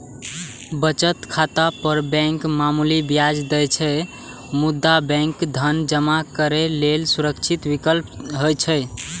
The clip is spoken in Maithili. बचत खाता पर बैंक मामूली ब्याज दै छै, मुदा बैंक धन जमा करै लेल सुरक्षित विकल्प होइ छै